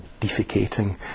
defecating